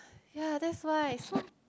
ya that's why so